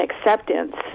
acceptance